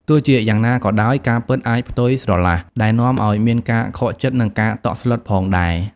ទោះជាយ៉ាងណាក៏ដោយ ការពិតអាចផ្ទុយស្រឡះ ដែលនាំឱ្យមានការខកចិត្ត និងការតក់ស្លុតផងដែរ។